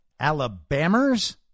Alabamers